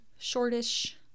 shortish